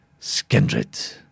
Skindred